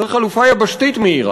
צריך חלופה יבשתית מהירה.